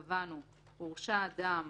קבענו: "הורשע אדם